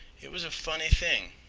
it was a funny thing.